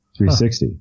360